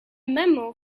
memo